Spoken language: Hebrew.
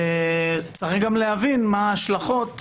צריך גם להבין מה ההשלכות